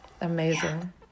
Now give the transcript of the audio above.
amazing